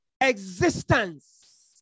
existence